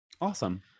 Awesome